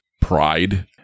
pride